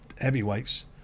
heavyweights